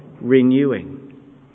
renewing